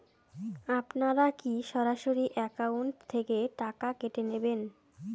আপনারা কী সরাসরি একাউন্ট থেকে টাকা কেটে নেবেন?